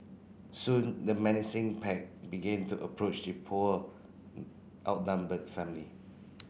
soon the menacing pack began to approach the poor outnumbered family